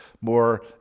more